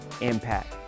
impact